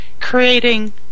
creating